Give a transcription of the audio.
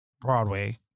Broadway